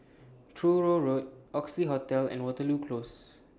Truro Road Oxley Hotel and Waterloo Close